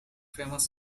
famous